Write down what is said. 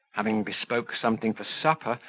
having bespoke something for supper,